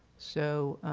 so